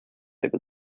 over